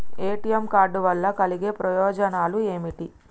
ATM card వల్ల కలిగే ప్రయోజనాలు ఏమిటి?